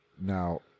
Now